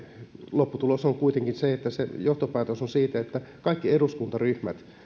lopputulos on kuitenkin se että se johtopäätös on että kaikki eduskuntaryhmät